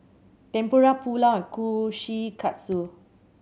Tempura Pulao and Kushikatsu